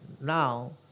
now